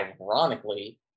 ironically